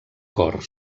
cor